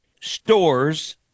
Stores